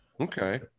okay